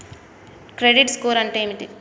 Credit score అంటే ఏమిటి?